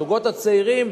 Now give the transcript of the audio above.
הזוגות הצעירים,